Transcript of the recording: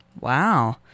Wow